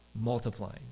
multiplying